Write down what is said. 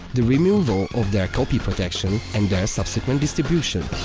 the removal of their copy protection, and their subsequent distribution.